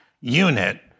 unit